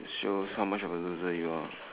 shows how much of a loser you are